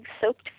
soaked